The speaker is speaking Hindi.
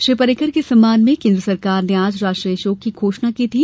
श्री पर्रिकर के सम्मान में केन्द्र सरकार ने आज राष्ट्रीय शोक की घोषणा की थी